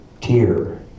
tear